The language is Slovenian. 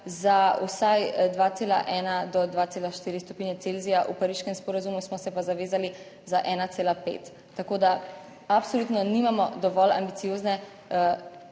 za vsaj 2,1 do 2,4 stopinje Celzija, v pariškem sporazumu smo se pa zavezali za 1,5. Tako da, absolutno nimamo dovolj ambiciozne